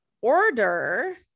order